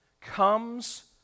comes